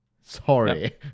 Sorry